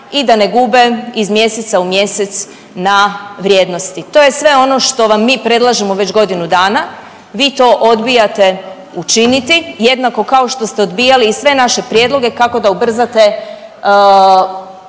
i da ne gube iz mjeseca u mjesec na vrijednosti. To je sve ono što vam mi predlažemo već godinu dana. Vi to odbijate učiniti jednako kao što ste odbijali i sve naše prijedloge kako da ubrzate